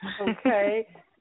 Okay